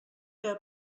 que